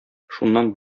шуннан